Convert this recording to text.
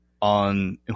on